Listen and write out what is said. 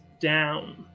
down